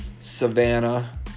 Savannah